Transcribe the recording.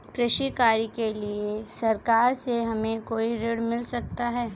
कृषि कार्य के लिए सरकार से हमें कोई ऋण मिल सकता है?